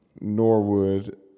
Norwood